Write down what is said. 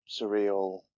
surreal